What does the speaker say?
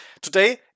today